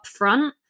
upfront